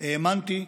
האמנתי,